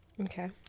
okay